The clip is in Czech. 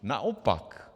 Naopak.